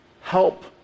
Help